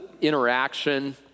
interaction